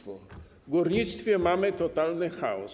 W górnictwie mamy totalny chaos.